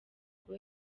rwo